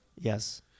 yes